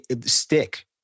stick